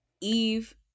Eve